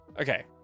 okay